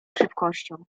szybkością